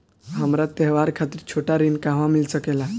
हमरा त्योहार खातिर छोटा ऋण कहवा मिल सकेला?